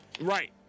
right